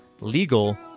legal